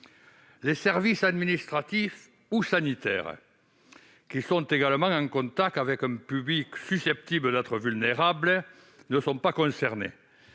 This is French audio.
Les services administratifs ou sanitaires qui sont en contact avec un public susceptible d'être vulnérable ne sont pas concernés